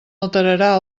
alterarà